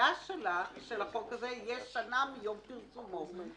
התחילה תהיה שנה מיום פרסום החוק.